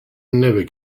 never